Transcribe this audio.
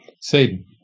Satan